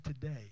today